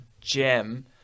gem